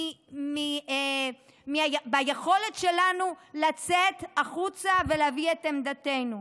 על היכולת שלנו לצאת את החוצה ולהביע את עמדתנו.